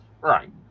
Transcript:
Right